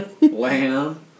lamb